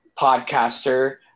podcaster